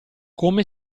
come